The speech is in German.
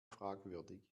fragwürdig